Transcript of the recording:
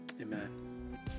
Amen